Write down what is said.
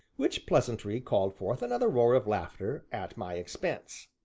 which pleasantry called forth another roar of laughter at my expense.